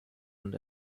und